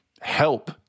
help